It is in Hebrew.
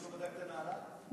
לא בדקת את הנעליים?